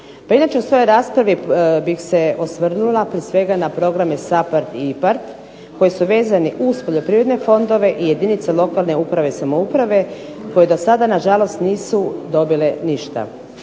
Pa inače u svojoj raspravi bi se osvrnula prije svega na programe SAPHARD i IPARD koji su vezani uz poljoprivredne fondove i jedinice lokalne uprave i samouprave koje dosada nažalost nisu dobile ništa.